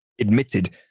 admitted